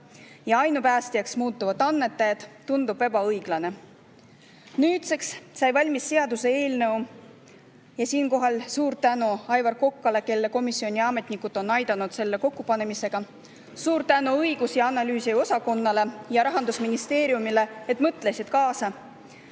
ja ainupäästjaks muutuvad annetajad, tundub ebaõiglane. Nüüdseks on saanud valmis seaduseelnõu. Siinkohal suur tänu Aivar Kokale, kelle komisjoni ametnikud aitasid selle kokkupanemisel! Suur tänu õigus‑ ja analüüsiosakonnale ning Rahandusministeeriumile, kes mõtlesid kaasa!